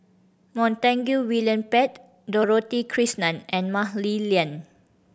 Montague William Pett Dorothy Krishnan and Mah Li Lian